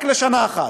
רק לשנה אחת,